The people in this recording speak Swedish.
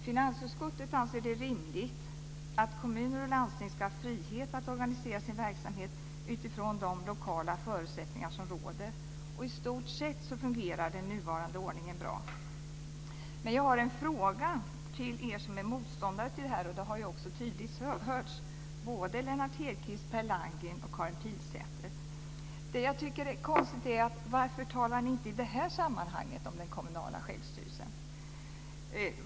Finansutskottet anser det rimligt att kommuner och landsting ska ha frihet att organisera sin verksamhet utifrån de lokala förutsättningar som råder. Och i stort sett fungerar den nuvarande ordningen bra. Men jag har en fråga till er som är motståndare till detta, och det har också hörts från Lennart Hedquist, Per Landgren och Karin Pilsäter. Det som jag tycker är konstigt är: Varför talar ni inte i detta sammanhang om den kommunala självstyrelsen?